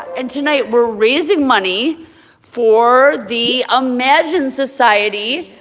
and tonight, we're raising money for the imagine society,